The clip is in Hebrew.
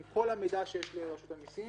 עם כל המידע שיש לרשות המיסים